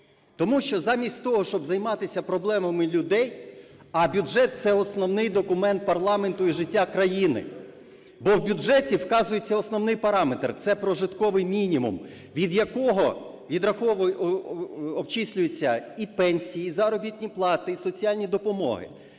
Тому що замість того, щоб займатися проблемами людей… А бюджет – це основний документ парламенту і життя країни, бо в бюджеті вказується основний параметр – це прожитковий мінімум, від якого обчислюються і пенсії, і заробітні плати, і соціальні допомоги,